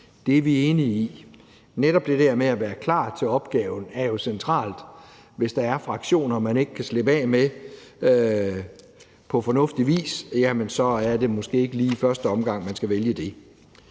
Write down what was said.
Det er vi enige i. Netop det der med at være klar til opgaven er jo centralt. Hvis der er fraktioner, man ikke kan slippe af med på fornuftig vis, er det måske ikke lige i første omgang, man skal vælge det.